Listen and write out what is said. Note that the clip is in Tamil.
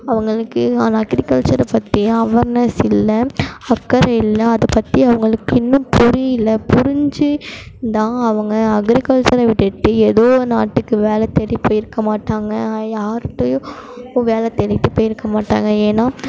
அவங்களுக்கு ஆனால் அக்ரிகல்ச்சரை பற்றி அவர்னஸ் இல்லை அக்கறை இல்லை அதை பற்றி அவங்களுக்கு இன்னும் புரியல புரிஞ்சு இதான் அவங்க அக்ரிகல்ச்சரை விட்டுவிட்டு ஏதோ ஒரு நாட்டுக்கு வேலை தேடி போயிருக்க மாட்டாங்க யாருட்டேயும் வேலை தேடிட்டு போய்ருக்க மாட்டாங்க ஏன்னா